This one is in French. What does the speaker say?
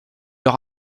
leur